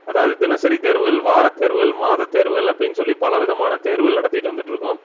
அதாவது தினசரி தேர்வுகள் வார தேர்வுகள் மாத தேர்வுகள் அப்டினு சொல்லி பலவிதமான தேர்வுகள் நடத்திட்டு வந்துட்டுருக்கோம்